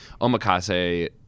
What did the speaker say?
Omakase